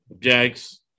Jags